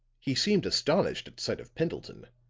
he seemed astonished at sight of pendleton